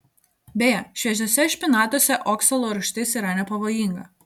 beje šviežiuose špinatuose oksalo rūgštis yra nepavojinga